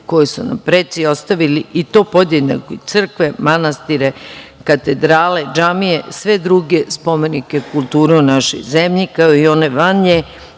koje su nam preci ostavili i to podjednako i crkve, manastire, katedrale, džamije, sve druge spomenike kulture u našoj zemlji, kao i one van